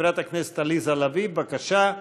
חברת הכנסת עליזה לביא, בבקשה.